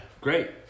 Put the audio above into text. Great